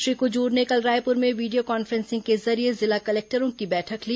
श्री कुजूर ने कल रायपुर में वीडियो कॉन्फ्रेंसिंग के जरिये जिला कलेक्टरों की बैठक ली